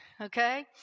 okay